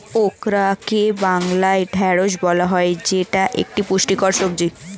ওকরাকে বাংলায় ঢ্যাঁড়স বলা হয় যেটা একটি পুষ্টিকর সবজি